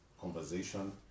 conversation